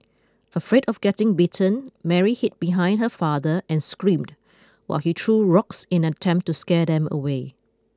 afraid of getting bitten Mary hid behind her father and screamed while he threw rocks in an attempt to scare them away